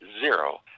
zero